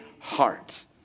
heart